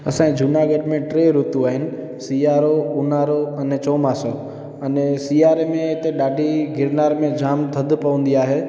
असांजे जूनागढ़ में टे ऋतूं आहिनि सियारो उन्हारो अने चौमासो अने सियारे में हिते ॾाढी गिरनार में जामु थधि पवंदी आहे